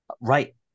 Right